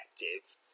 effective